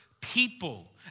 people